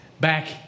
back